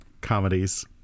comedies